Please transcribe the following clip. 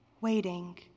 Waiting